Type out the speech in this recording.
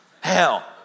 Hell